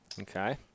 Okay